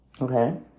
Okay